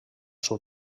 seu